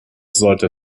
sollte